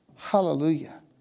Hallelujah